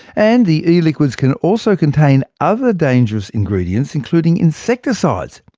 and the e-liquids can also contain other dangerous ingredients, including insecticides.